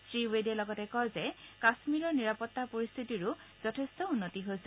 শ্ৰীৱেদে লগতে কয় যে কাশ্মীৰৰ নিৰাপত্তা পৰিস্থিতিৰো যথেষ্ট উন্নতি হৈছে